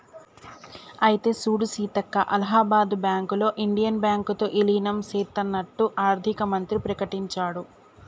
అయితే సూడు సీతక్క అలహాబాద్ బ్యాంకులో ఇండియన్ బ్యాంకు తో ఇలీనం సేత్తన్నట్టు ఆర్థిక మంత్రి ప్రకటించాడు